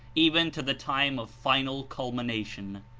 even to the time of final culmination.